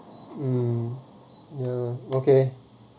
mm ya okay